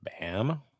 Bam